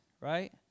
right